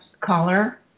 caller